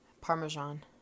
Parmesan